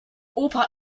opa